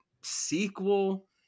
sequel